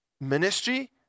ministry